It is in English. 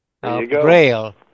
Braille